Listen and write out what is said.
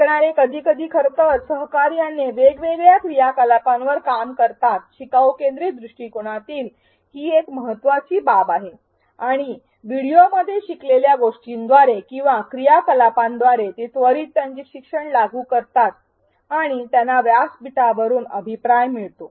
शिकणारे कधीकधी खरं तर सहकार्याने वेगवेगळ्या क्रियाकलापांवर काम करतात शिकाऊ केंद्रीत दृष्टिकोनातील ही एक महत्त्वाची बाब आहे आणि व्हिडिओमध्ये शिकलेल्या गोष्टींद्वारे किंवा क्रियाकलापांद्वारे ते त्वरित त्यांचे शिक्षण लागू करतात आणि त्यांना व्यासपीठावरून अभिप्राय मिळतो